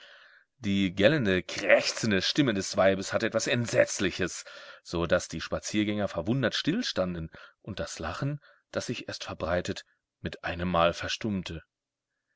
die gellende krächzende stimme des weibes hatte etwas entsetzliches so daß die spaziergänger verwundert stillstanden und das lachen das sich erst verbreitet mit einemmal verstummte